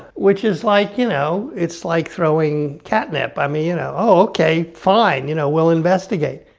which is like, you know, it's like throwing catnip. i mean, you know, oh, okay, fine! you know, we'll investigate!